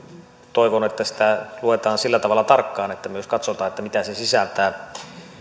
toivon että sitä luetaan sillä tavalla tarkkaan että myös katsotaan mitä se sisältää